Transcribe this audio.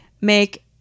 make